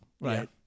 right